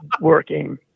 working